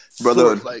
brother